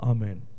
Amen